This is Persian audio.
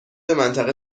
منطقه